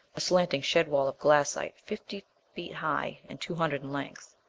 a slanting shed-wall of glassite fifty feet high and two hundred in length.